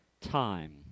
time